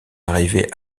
arrivée